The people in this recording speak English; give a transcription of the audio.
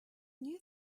knew